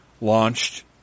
launched